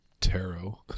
Tarot